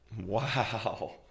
Wow